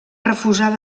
refusar